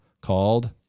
called